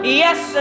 yes